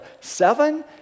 Seven